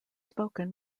spoken